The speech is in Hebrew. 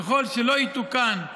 ככל שלא יתוקן,